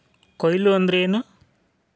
ಕೊಯ್ಲು ಅಂದ್ರ ಏನ್?